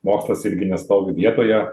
mokslas irgi nestovi vietoje